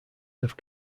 have